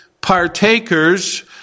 partakers